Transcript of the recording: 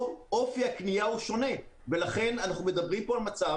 פה אופי הקנייה הוא שונה ולכן אנחנו מדברים על מצב